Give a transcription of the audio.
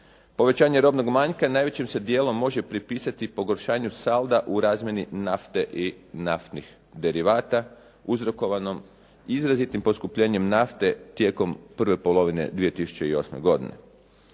Povećanje robnog manjka najvećim se dijelom može pripisati pogoršanju salda u razmjeni nafte i naftnih derivata uzrokovanom izrazitim poskupljenjem nafte tijekom prve polovine 2008. godine.